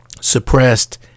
suppressed